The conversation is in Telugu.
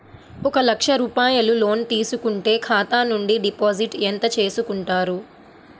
ఒక లక్ష రూపాయలు లోన్ తీసుకుంటే ఖాతా నుండి డిపాజిట్ ఎంత చేసుకుంటారు?